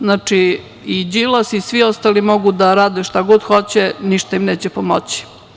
Znači, i Đilas i svi ostali mogu da rade šta god hoće, ništa im neće pomoći.